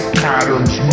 patterns